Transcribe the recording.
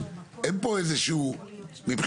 אין פה איזה שהוא מבחינתי,